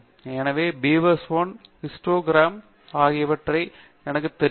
எனவே பீவர்ஸ்1 என்ற ஹிஸ்டாக்ராம் ஒன்றை பார்ப்போம் இது டிஸ்ட்ரிபியூஷன் ஓபி தி டேட்டா எனக்குத் தெரிவிக்கும்